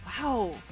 Wow